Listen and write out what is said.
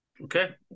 okay